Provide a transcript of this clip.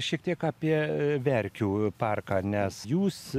šiek tiek apie verkių parką nes jūs